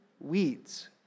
weeds